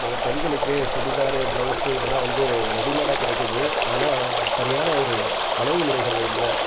இப்போது பெண்களுக்கு சுடிதாரு ப்ளவுஸு இதெலாம் வந்து ரெடிமேடாக கிடைக்கிது ஆனால் சரியான ஒரு அளவு முறைகள்ல இல்லை